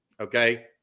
Okay